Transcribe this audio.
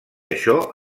això